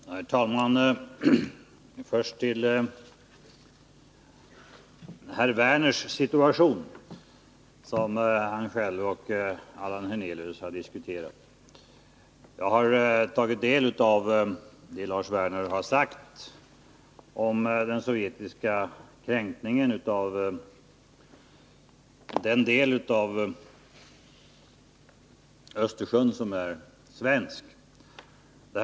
Herr talman! Först vill jag ta upp herr Werners situation, som han själv och Allan Hernelius har diskuterat. Jag har tagit del av det Lars Werner har sagt om den sovjetiska kränkningen av den del av Östersjön som är svensk.